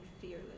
fearless